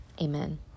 Amen